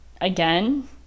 again